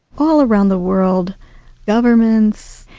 all around the world governments,